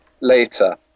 later